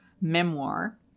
memoir